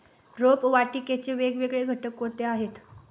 रोपवाटिकेचे वेगवेगळे घटक कोणते आहेत?